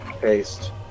paste